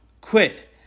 quit